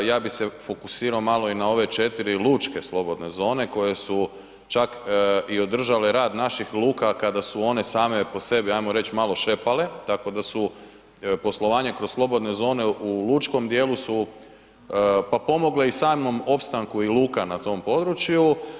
Ja bih se fokusirao malo i na ove 4 lučke slobodne zone koje su čak i održale rad naših luka kada su one same po sebi, ajmo reći malo šepale tako da su poslovanje kroz slobodne zone u lučkom dijelu su pa pomogle i samom opstanku i luka u tom području.